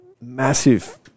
massive